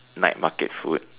night market food